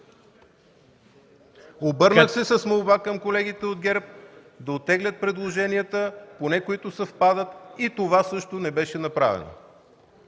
Обърнах се с молба към колегите от ГЕРБ да оттеглят предложенията – поне които съвпадат. И това също не беше направено.